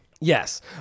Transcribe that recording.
yes